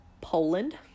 Poland